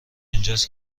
اینجاست